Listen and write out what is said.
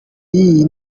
y’iyi